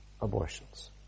abortions